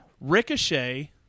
Ricochet